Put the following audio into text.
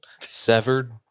Severed